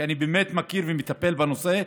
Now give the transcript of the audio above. כי אני באמת מכיר ומטפל בנושא.